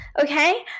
okay